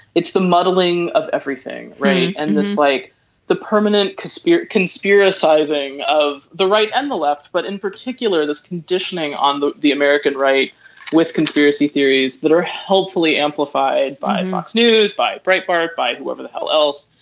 it's the muddling of everything right. and this like the permanent spirit conspiracy sizing of the right and the left but in particular this conditioning on the the american right with conspiracy theories that are hopefully amplified by and fox news by bright barak by whoever the hell else.